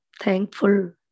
thankful